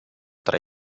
tra